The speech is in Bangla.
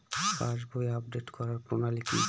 পাসবই আপডেট করার প্রণালী কি?